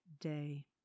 day